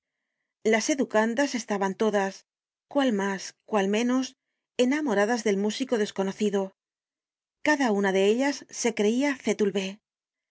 las educandas estaban todas cual mas cual menos enamoradas del músico desconocido cada una de ellas se creía